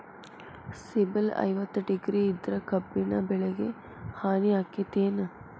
ಬಿಸಿಲ ಐವತ್ತ ಡಿಗ್ರಿ ಇದ್ರ ಕಬ್ಬಿನ ಬೆಳಿಗೆ ಹಾನಿ ಆಕೆತ್ತಿ ಏನ್?